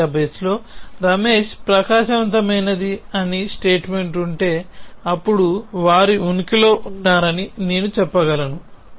నా డేటాబేస్ లో రమేష్ ప్రకాశవంతమైనది అని స్టేట్మెంట్ ఉంటే అప్పుడు వారు ఉనికిలో ఉన్నారని నేను చెప్పగలను